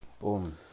Boom